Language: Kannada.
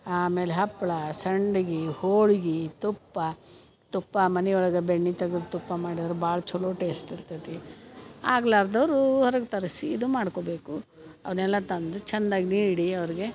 ಆಮೇಲೆ ಹಪ್ಲ ಸಂಡ್ಗಿ ಹೋಳಿಗಿ ತುಪ್ಪ ತುಪ್ಪ ಮನಿಯೊಳಗೆ ಬೆಣ್ಣಿ ತೆಗ್ದು ತುಪ್ಪ ಮಾಡಿದ್ರೆ ಭಾಳ ಚಲೋ ಟೇಸ್ಟ್ ಇರ್ತತ್ತಿ ಆಗ್ಲಾರ್ದೋರು ಹೊರಗೆ ತರಿಸಿ ಇದು ಮಾಡ್ಕೊಬೇಕು ಅವನ್ನೆಲ್ಲ ತಂದು ಚಂದಾಗಿ ನೀಡಿ ಅವ್ರ್ಗೆ